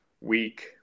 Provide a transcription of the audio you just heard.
week